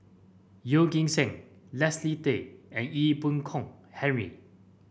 Yeo Kim Seng Leslie Tay and Ee Boon Kong Henry